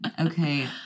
Okay